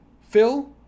Phil